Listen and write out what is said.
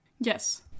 Yes